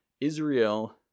Israel